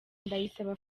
ndayisaba